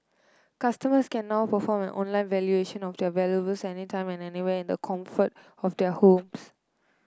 customers can now perform an online valuation of their valuables any time and anywhere in the comfort of their homes